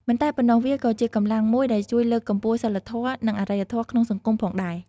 មិនតែប៉ុណ្ណោះ វាក៏ជាកម្លាំងមួយដែលជួយលើកកម្ពស់សីលធម៌ និងអរិយធម៌ក្នុងសង្គមផងដែរ។